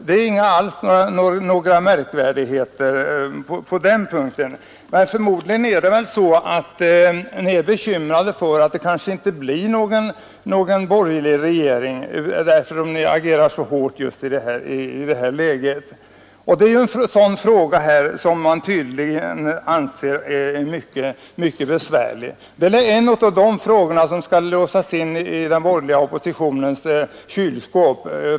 Det är inte några märkvärdigheter. Förmodligen är det så, att ni är bekymrade över att det kanske inte blir någon borgerlig regering, eftersom ni agerar så hårt, just i det här läget. Det här är en sådan fråga som man tydligen anser är mycket besvärlig och som därför bör låsas in i den borgerliga oppositionens kylskåp.